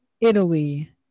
Italy